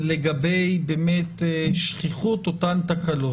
לגבי שכיחות אותן תקלות?